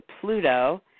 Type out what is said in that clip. Pluto